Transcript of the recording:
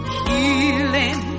healing